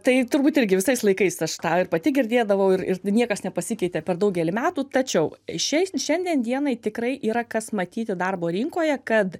tai turbūt irgi visais laikais aš tą ir pati girdėdavau ir ir niekas nepasikeitė per daugelį metų tačiau šia šiandien dienai tikrai yra kas matyti darbo rinkoje kad